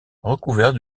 recouvert